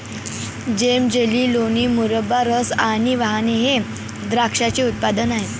जेम, jelly, लोणी, मुरब्बा, रस आणि वाइन हे द्राक्षाचे उत्पादने आहेत